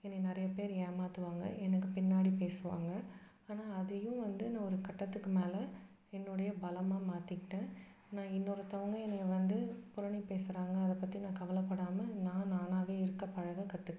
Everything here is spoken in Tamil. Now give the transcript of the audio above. என்னை நிறைய பேர் ஏமாற்றுவாங்க எனக்கு பின்னாடி பேசுவாங்க ஆனால் அதையும் வந்து நான் ஒரு கட்டத்துக்கு மேலே என்னுடைய பலமாக மாற்றிக்கிட்டேன் நான் இன்னொருத்தங்க என்னை வந்து புரணி பேசுகிறாங்க அதை பற்றி நான் கவலைப்படாம நான் நானாகவே இருக்க பழக கற்றுக்கிட்டேன்